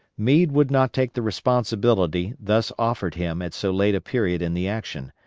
meade would not take the responsibility thus offered him at so late a period in the action,